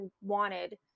wanted